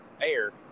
air